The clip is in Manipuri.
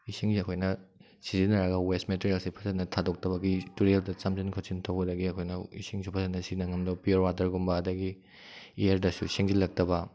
ꯏꯁꯤꯡꯁꯦ ꯑꯩꯈꯣꯏꯅ ꯁꯤꯖꯤꯟꯅꯔꯒ ꯋꯦꯁ ꯃꯦꯇꯦꯔꯦꯜꯁꯦ ꯐꯖꯅ ꯊꯥꯗꯣꯛꯇꯕꯒꯤ ꯇꯨꯔꯦꯜꯗ ꯆꯥꯝꯁꯤꯟ ꯈꯣꯠꯆꯤꯟ ꯇꯧꯕꯗꯒꯤ ꯑꯩꯈꯣꯏꯅ ꯏꯁꯤꯡꯁꯨ ꯐꯖꯅ ꯁꯤꯖꯤꯟꯅꯕ ꯉꯝꯗꯕ ꯄꯤꯌꯣꯔ ꯋꯥꯇꯔꯒꯨꯝꯕ ꯑꯗꯨꯗꯒꯤ ꯑꯦꯌꯔꯗꯁꯨ ꯁꯦꯡꯖꯤꯜꯂꯛꯇꯕ